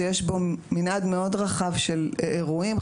שיש בו מנעד מאוד רחב של אירועים.